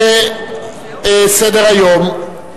בסדר-היום,